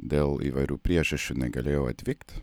dėl įvairių priežasčių negalėjau atvykt